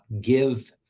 give